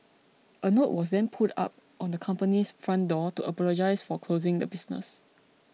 a note was then put up on the company's front door to apologise for closing the business